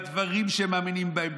בדברים שהם מאמינים בהם,